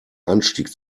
anstieg